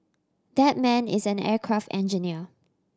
that man is an aircraft engineer